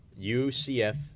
UCF